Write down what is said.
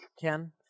Ken